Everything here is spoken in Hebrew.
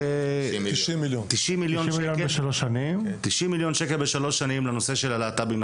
תשעים מיליון ₪ בשלוש שנים לנושא של הלהט"בים.